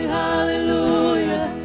hallelujah